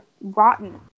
rotten